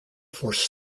force